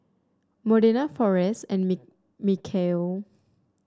Modena Forrest and Michaele